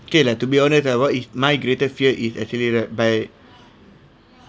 okay lah to be honest what is my greatest fear is actually right by